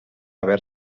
haver